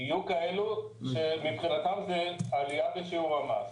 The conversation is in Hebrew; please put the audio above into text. יהיו כאלה שמבחינתם זה עלייה בשיעור המס.